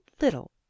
little